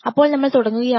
അപ്പോൾ നമ്മൾ തുടങ്ങുകയാണ്